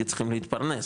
כי צריכים להתפרנס,